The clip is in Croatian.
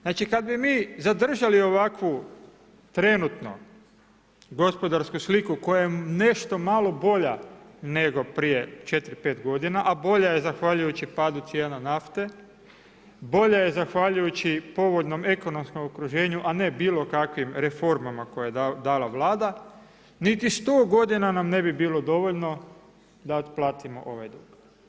Znači, kad bi mi zadržali ovakvu trenutno gospodarsku sliku koja je nešto malo bolja nego prije 4, 5 godina, a bolja je zahvaljujući padu cijena nafte, bolja je zahvaljujući povoljnom ekonomskom okruženju, a ne bilo kakvim reformama koje je dala Vlada, niti 100 godina nam ne bi bilo dovoljno da otplatimo ovaj dug.